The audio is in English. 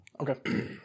okay